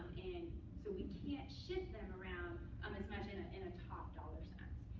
and so we can't shift them around um as much in in a top dollar sense.